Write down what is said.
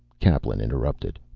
kaplan interrupted.